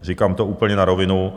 Říkám to úplně na rovinu.